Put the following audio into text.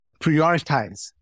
prioritize